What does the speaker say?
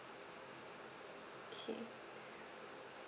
okay